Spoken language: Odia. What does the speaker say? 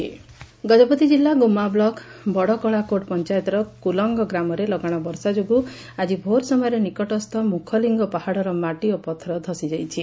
ପଥର ଅତଡ଼ା ଗଜପତି ଜିଲ୍ଲା ଗୁମ୍ମା ବ୍ଲକ ବଡ଼କଳାକୋର୍ଟ ପଞାୟତର କୁଲଙ୍ଗ ଗ୍ରାମରେ ଲଗାଣ ବର୍ଷା ଯୋଗୁଁ ଆକି ଭୋର୍ ସମୟରେ ନିକଟସ୍ଥ ମୁଖଲିଙ୍ଗ ପାହାଡ଼ର ମାଟି ଓ ପଥର ଧସିଯାଇଛି